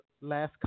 last